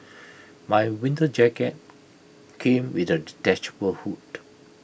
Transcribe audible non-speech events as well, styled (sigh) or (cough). my winter jacket came with A (unintelligible) detachable hood